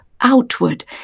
outward